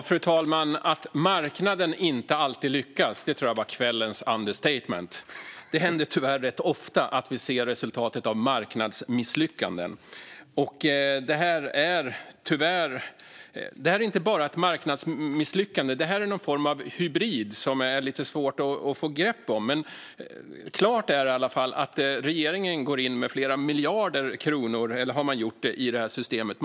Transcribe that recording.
Fru talman! Att marknaden inte alltid lyckas tror jag var kvällens understatement! Det händer tyvärr rätt ofta att vi ser resultatet av marknadsmisslyckanden. Det här är inte bara ett marknadsmisslyckande utan någon form av hybrid som är lite svår att få grepp om. Klart är i alla fall att regeringen har gått in med flera miljarder kronor i det här systemet.